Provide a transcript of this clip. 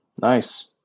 Nice